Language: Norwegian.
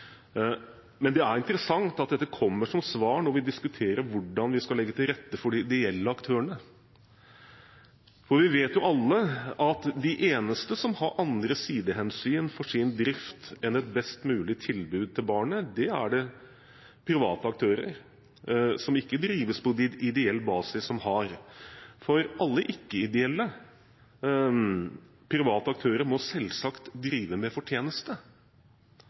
Men det er interessant at dette kommer som svar når vi diskuterer hvordan vi skal legge til rette for de ideelle aktørene. Vi vet alle at de eneste som har andre sidehensyn for sin drift enn et best mulig tilbud til barnet, er private aktører som ikke driver på ideell basis. Alle ikke-ideelle private aktører må selvsagt drive med fortjeneste.